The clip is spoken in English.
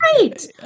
right